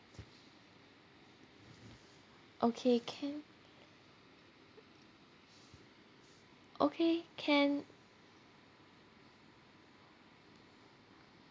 okay can okay can